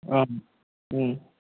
ആ